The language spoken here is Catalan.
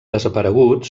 desaparegut